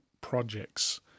projects